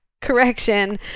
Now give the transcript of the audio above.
correction